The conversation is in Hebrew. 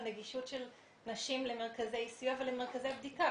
נגישות של נשים למרכזי הסיוע ולמרכזי הבדיקה.